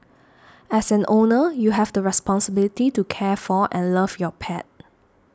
as an owner you have the responsibility to care for and love your pet